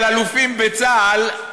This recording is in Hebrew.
על אלופים בצה"ל,